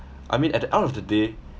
I mean at the end of the day